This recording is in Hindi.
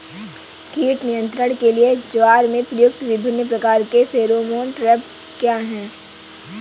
कीट नियंत्रण के लिए ज्वार में प्रयुक्त विभिन्न प्रकार के फेरोमोन ट्रैप क्या है?